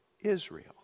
Israel